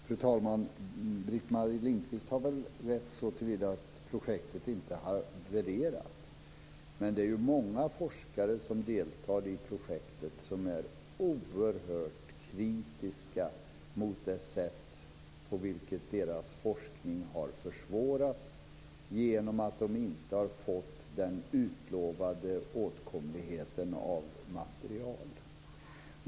Fru talman! Britt-Marie Lindkvist har väl rätt så till vida att projektet inte har havererat. Men det är många forskare som deltar i projektet som är oerhört kritiska mot det sätt på vilket deras forskning har försvårats genom att de inte har fått den utlovade åtkomligheten av material.